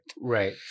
Right